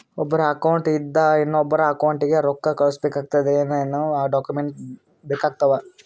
ಒಬ್ಬರ ಅಕೌಂಟ್ ಇಂದ ಇನ್ನೊಬ್ಬರ ಅಕೌಂಟಿಗೆ ರೊಕ್ಕ ಕಳಿಸಬೇಕಾದ್ರೆ ಏನೇನ್ ಡಾಕ್ಯೂಮೆಂಟ್ಸ್ ಬೇಕಾಗುತ್ತಾವ?